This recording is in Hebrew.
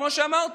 כמו שאמרתי,